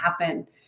happen